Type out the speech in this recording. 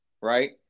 Right